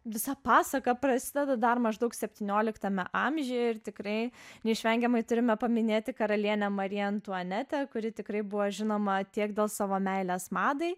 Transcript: visa pasaka prasideda dar maždaug septynioliktame amžiuje ir tikrai neišvengiamai turime paminėti karalienę mariją antuanetę kuri tikrai buvo žinoma tiek dėl savo meilės madai